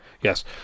Yes